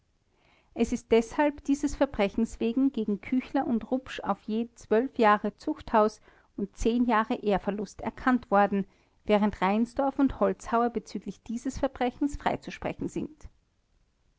es ist deshalb dieses verbrechens wegen gegen küchler und rupsch auf je jahre zuchthaus und jahre ehrverlust erkannt worden während reinsdorf und holzhauer bezüglich dieses verbrechens freizusprechen sind